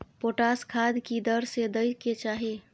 Potash खाद की दर से दै के चाही?